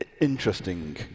interesting